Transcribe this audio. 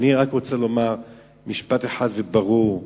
אני רוצה לומר משפט אחד ברור: